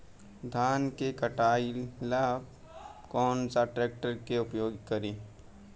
धान के कटाई ला कौन सा ट्रैक्टर के उपयोग करी?